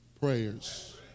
prayers